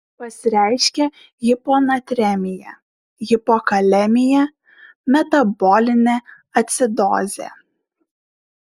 pasireiškia hiponatremija hipokalemija metabolinė acidozė